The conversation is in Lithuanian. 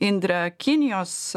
indre kinijos